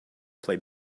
play